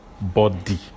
body